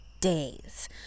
days